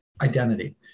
identity